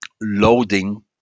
loading